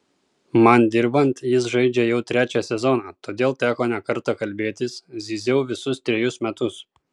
man dirbant jis žaidžia jau trečią sezoną todėl teko ne kartą kalbėtis zyziau visus trejus metus